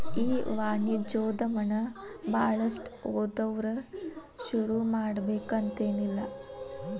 ಈ ವಾಣಿಜ್ಯೊದಮನ ಭಾಳಷ್ಟ್ ಓದ್ದವ್ರ ಶುರುಮಾಡ್ಬೆಕಂತೆನಿಲ್ಲಾ